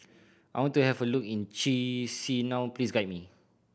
I want to have a look in Chisinau please guide me